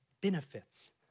benefits